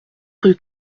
rue